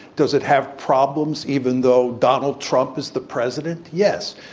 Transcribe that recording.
does it have problems even though donald trump is the president? yes.